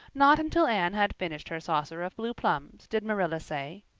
not until anne had finished her saucer of blue plums did marilla say